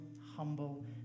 humble